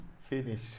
finish